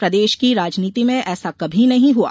प्रदेश की राजनीति में ऐसा कभी नही हुआ